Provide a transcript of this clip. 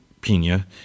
Pina